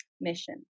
mission